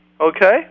Okay